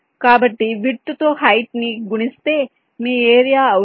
కాబట్టి విడ్త్ తో హైట్ ని గుణిస్తే మీ ఏరియా అవుతుంది